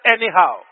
anyhow